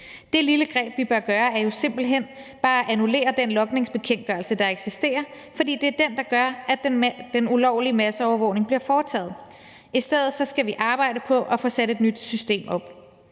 Det lille greb, vi bør gøre, er simpelt hen bare at annullere den logningsbekendtgørelse, der eksisterer, for det er den, der gør, at den ulovlige masseovervågning bliver foretaget. I stedet skal vi arbejde på at få sat et nyt system op.